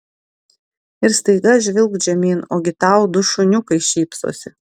ir staiga žvilgt žemyn ogi tau du šuniukai šypsosi